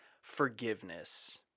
forgiveness